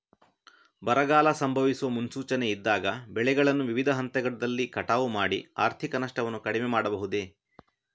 ಬರಗಾಲ ಸಂಭವಿಸುವ ಮುನ್ಸೂಚನೆ ಇದ್ದಾಗ ಬೆಳೆಗಳನ್ನು ವಿವಿಧ ಹಂತದಲ್ಲಿ ಕಟಾವು ಮಾಡಿ ಆರ್ಥಿಕ ನಷ್ಟವನ್ನು ಕಡಿಮೆ ಮಾಡಬಹುದೇ?